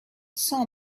saw